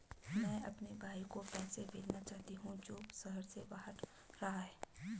मैं अपने भाई को पैसे भेजना चाहता हूँ जो शहर से बाहर रहता है